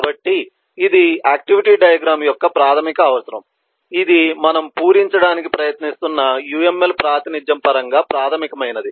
కాబట్టి ఇది activity diagram యొక్క ప్రాథమిక అవసరం ఇది మనము పూరించడానికి ప్రయత్నిస్తున్న UML ప్రాతినిధ్యం పరంగా ప్రాథమికమైనది